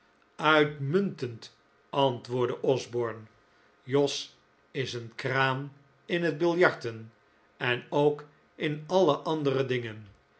uitmuntend antwoordde osborne jos is een kraan in het biljarten en ook in alle andere dingen